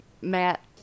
Matt